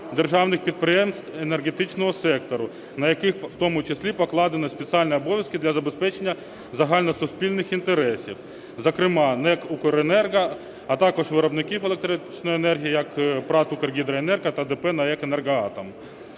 державних підприємств енергетичного сектору, на яких у тому числі покладені спеціальні обов'язки для забезпечення загальносуспільних інтересів, зокрема НЕК "Укренерго", а також виробників електричної енергії, як ПрАТ "Укргідроенерго" та ДП "НАЕК "Енергоатом".